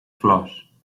flors